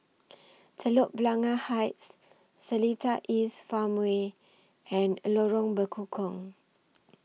Telok Blangah Heights Seletar East Farmway and Lorong Bekukong